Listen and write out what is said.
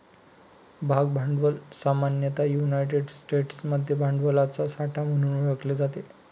भाग भांडवल सामान्यतः युनायटेड स्टेट्समध्ये भांडवलाचा साठा म्हणून ओळखले जाते